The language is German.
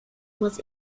muss